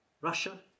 Russia